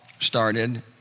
started